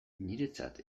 niretzat